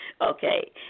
Okay